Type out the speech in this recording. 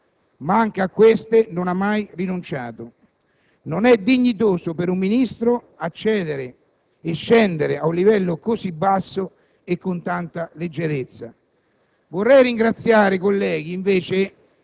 perché come Ministro ha già tutto pagato, ma anche a queste non ha mai rinunciato. Non è dignitoso per un Ministro accedere e scendere ad un livello così basso e con tanta leggerezza.